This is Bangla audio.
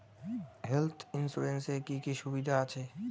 হেলথ ইন্সুরেন্স এ কি কি সুবিধা আছে?